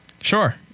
Sure